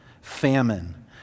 famine